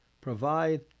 provide